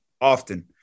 often